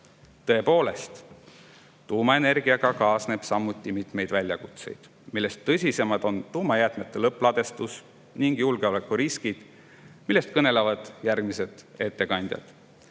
Tõepoolest, tuumaenergiaga kaasneb samuti mitmeid väljakutseid, millest tõsisemad on tuumajäätmete lõppladestus ning julgeolekuriskid – neist kõnelevad järgmised ettekandjad.